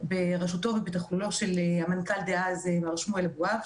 בראשותו ובתכלולו של המנכ"ל דאז מר שמואל אבואב,